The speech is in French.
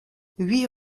huit